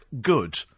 good